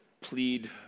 plead